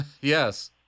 yes